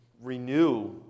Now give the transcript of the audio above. renew